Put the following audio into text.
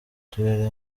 turere